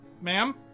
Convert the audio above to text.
Ma'am